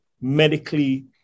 medically